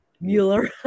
Mueller